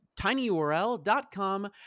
tinyurl.com